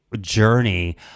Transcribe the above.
journey